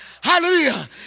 Hallelujah